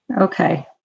Okay